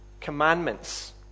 commandments